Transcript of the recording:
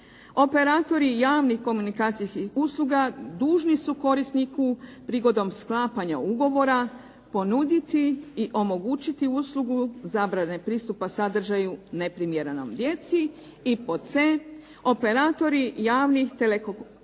operatori javnih komunikacijskih usluga dužni su korisniku prihodom sklapanja ugovora ponuditi i omogućiti uslugu zabrane pristupa sadržaju neprimjerenom djeci i pod c, operatori javnih telekomunikacijskih